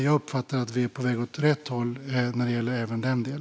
Jag uppfattar att vi är på väg åt rätt håll när det gäller även denna del.